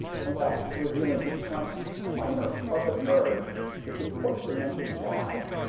and without revealing too much of my inner carpet nerd it's important to mention why.